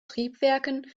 triebwerken